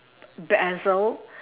basil